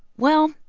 well,